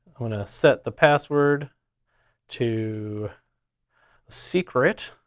i'm gonna set the password to secret